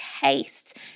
taste